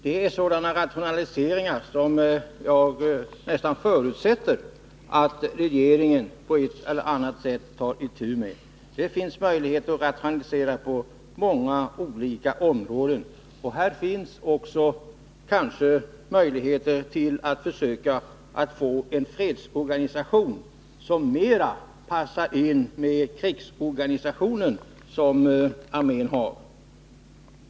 Det är sådana rationaliseringar som jag nästan förutsätter att regeringen på ett eller annat sätt tar itu med. Det finns möjligheter att rationalisera på många olika områden. Härigenom finns kanske också möjligheter att försöka få en fredsorganisation som mera passar ihop med den krigsorganisation som armén har.